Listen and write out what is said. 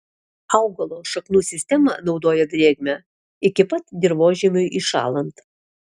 augalo šaknų sistema naudoja drėgmę iki pat dirvožemiui įšąlant